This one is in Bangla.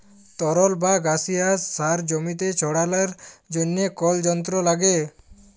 তরল বা গাসিয়াস সার জমিতে ছড়ালর জন্হে কল যন্ত্র লাগে